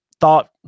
Thought